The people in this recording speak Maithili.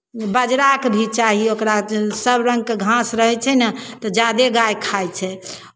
बाजराके भी चाही ओकरा सभ रङ्गके घास रहै छै ने तऽ जादे गाय खाइ छै